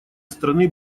страны